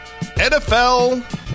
NFL